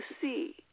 see